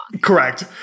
Correct